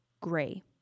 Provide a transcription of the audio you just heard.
gray